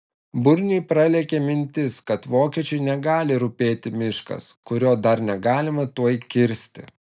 burniui pralėkė mintis kad vokiečiui negali rūpėti miškas kurio dar negalima tuoj kirsti